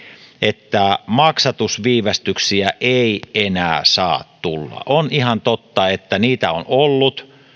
että maksatusviivästyksiä ei ei enää saa tulla on ihan totta että niitä on ollut